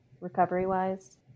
recovery-wise